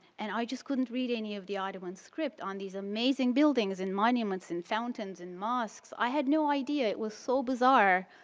and i just couldn't read any of the ottoman script on these amazing buildings and monuments and fountains and mosques. i had no idea. it was so bizarre.